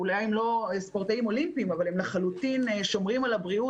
אולי הם לא ספורטאים אולימפיים אבל הם לחלוטין שומרים על הבריאות.